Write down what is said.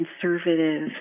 conservative